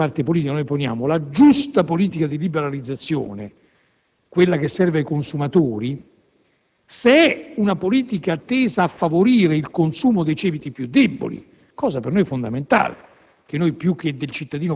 che, per quanto riguarda la mia parte politica, noi poniamo: la giusta politica di liberalizzazione, quella che serve ai consumatori, se è una politica tesa a favorire il consumo dei ceti più deboli (cosa fondamentale